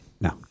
No